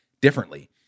differently